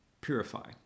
purify